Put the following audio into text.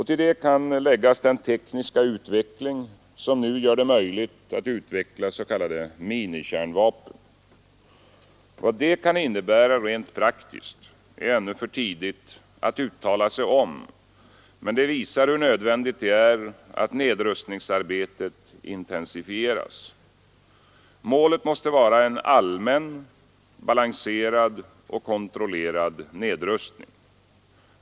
Till det kan läggas den tekniska utveckling som nu gör det möjligt att utveckla s.k. minikärnvapen. Vad detta kan innebära rent praktiskt är ännu för tidigt att uttala sig om, men det visar hur nödvändigt det är att nedrustningsarbetet intensifieras. Målet måste vara en allmän balanserad och kontrollerad nedrustning.